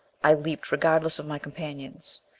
i leaped, regardless of my companions.